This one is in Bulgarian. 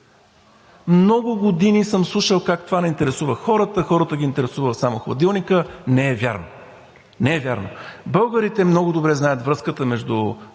Много години съм слушал как това не интересува хората, хората ги интересува само хладилника. Не е вярно. Не е вярно! Българите много добре знаят връзката между